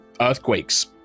earthquakes